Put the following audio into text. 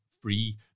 free